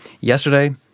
Yesterday